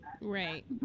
Right